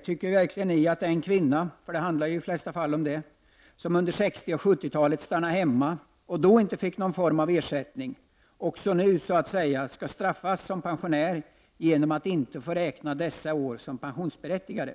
Tycker ni verkligen att den kvinna — det handlar ju i de flesta fall om kvinnor — som under 1960 och 1970-talen stannade hemma och då inte fick någon form av ersättning, skall straffas också så att säga som pensionär genom att inte få räkna dessa år som pensionsberättigade?